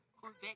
Corvette